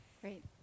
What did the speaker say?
Great